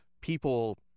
people